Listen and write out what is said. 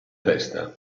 testa